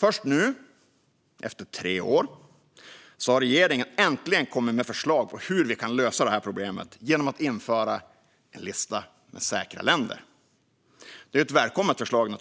Först nu, efter tre år, har regeringen äntligen kommit med förslag på hur vi kan lösa detta problem: genom att införa en lista med säkra länder. Det är givetvis ett välkommet förslag,